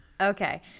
Okay